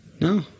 No